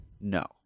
No